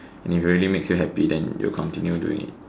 and it really makes you happy then you'll continue doing it